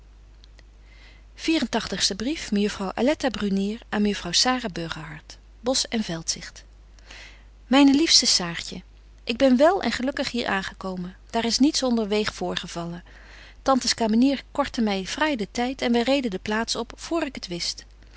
aletta brunier aan mejuffrouw sara burgerhart bosch en veldzicht myne liefste saartje ik ben wel en gelukkig hier aangekomen daar is niets onderweeg voorgevallen tantes kamenier kortte my fraai den tyd en wy reden de plaats op voor ik het wist